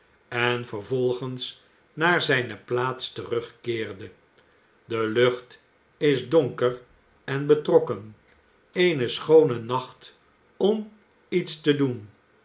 en vervolgens naar zijne plaats terugkeerde de lucht is donker en betrokken eene schoone nacht om iets te doen